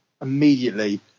immediately